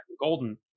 Golden